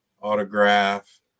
autograph